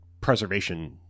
preservation